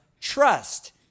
trust